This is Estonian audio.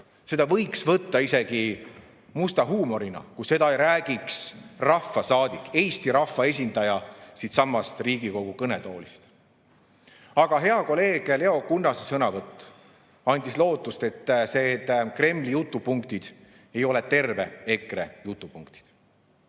Seda võiks võtta isegi musta huumorina, kui seda ei räägiks rahvasaadik, Eesti rahva esindaja siitsamast Riigikogu kõnetoolist. Aga hea kolleegi Leo Kunnase sõnavõtt andis lootust, et Kremli jutupunktid ei ole terve EKRE jutupunktid.